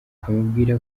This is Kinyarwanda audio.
amubwira